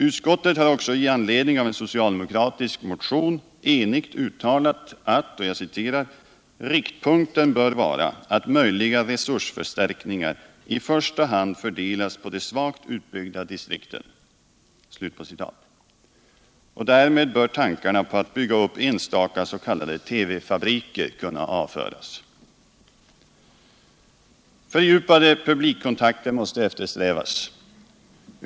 Utskottet har också i anledning av en socialdemokratisk motion enigt uttalat att ”riktpunkten bör vara att möjliga resursförstärkningar i första hand fördelas på de svagt utbyggda distrikten”. Därmed bör tankarna på att bygga upp enstaka s.k. TV-fabriker kunna avföras. Fördjupade publikkontakter måste eftersträvas.